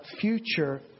future